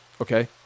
okay